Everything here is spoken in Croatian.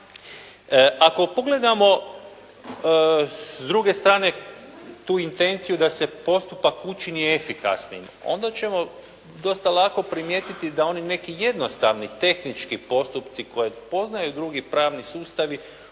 Ako pogledamo s druge strane tu intenciju da se postupak učini efikasnim onda ćemo dosta lako primijetiti da oni neki jednostavni, tehnički postupci koji poznaju drugi pravni sustavi